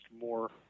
more